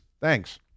Thanks